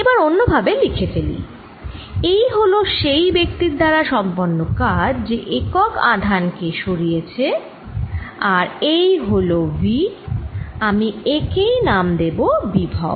এবার অন্য ভাবে লিখে ফেলি এই হল সেই ব্যক্তির দ্বারা সম্পন্ন কাজ যে একক আধান কে সরিয়েছে আর এই হল v আমি একেই নাম দেব বিভব